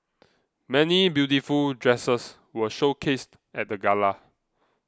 many beautiful dresses were showcased at the gala